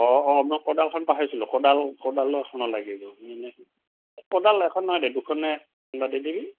অঁ অঁ মই কোডালখন পাহৰিছিলোঁ কোডাল কোডালো এখন লাগিব কোডাল এখন নহয় দে দুখনে দি দিবি